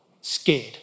scared